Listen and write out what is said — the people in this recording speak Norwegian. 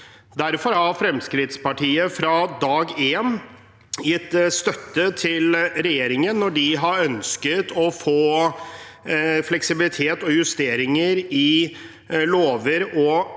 Derfor har Fremskrittspartiet fra dag én gitt støtte til regjeringen når de har ønsket å få fleksibilitet og justeringer i lover og regler,